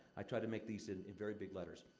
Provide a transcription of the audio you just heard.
i tried to make these in very big letters.